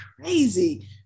crazy